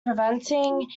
preventing